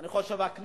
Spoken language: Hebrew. אני חושב שהכנסת